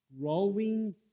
Growing